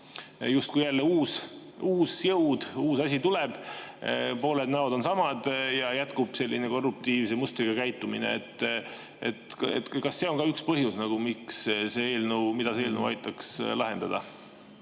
justkui jälle uus jõud, uus asi tuleb. Pooled näod on samad ja jätkub selline korruptiivse mustriga käitumine. Kas see on üks [nendest probleemidest], mida see eelnõu aitaks lahendada?